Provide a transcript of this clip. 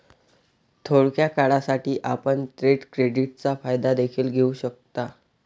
थोड्या काळासाठी, आपण ट्रेड क्रेडिटचा फायदा देखील घेऊ शकता